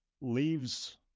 leaves